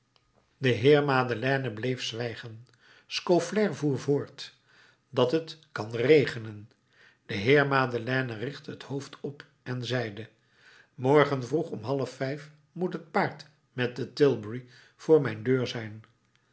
de heer madeleine bleef zwijgen scaufflaire voer voort dat het kan regenen de heer madeleine richtte het hoofd op en zeide morgenvroeg om half vijf moet het paard met de tilbury voor mijn deur zijn